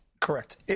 Correct